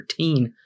13